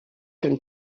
can